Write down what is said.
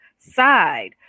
side